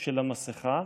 של המסכה,